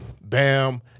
Bam